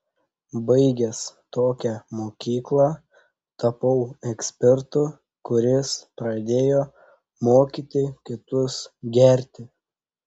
baigęs tokią mokyklą tapau ekspertu kuris pradėjo mokyti kitus gerti